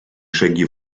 шаги